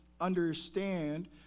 understand